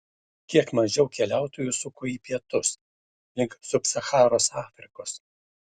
kiek mažiau keliautojų suko į pietus link sub sacharos afrikos